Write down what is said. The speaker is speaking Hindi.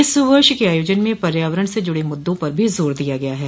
इस वर्ष के आयोजन में पर्यावरण से जुड़े मुद्दों पर भी जोर दिया गया है